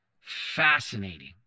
Fascinating